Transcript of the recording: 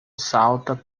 salta